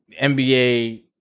NBA